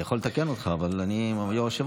אני יכול לתקן אותך, אבל אני היושב-ראש.